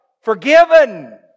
Forgiven